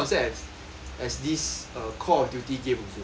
as this uh call of duty game also